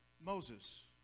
moses